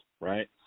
right